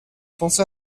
pensé